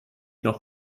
noch